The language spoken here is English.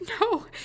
no